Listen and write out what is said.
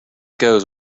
goes